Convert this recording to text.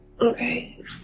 Okay